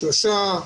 שלושה שבועות.